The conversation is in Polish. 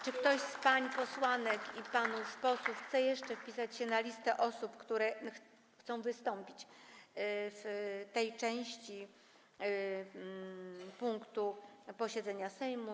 Czy ktoś z pań posłanek i panów posłów chce jeszcze wpisać się na listę osób, które chcą wystąpić w tej części punktu posiedzenia Sejmu?